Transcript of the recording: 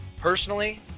Personally